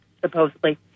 supposedly